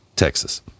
Texas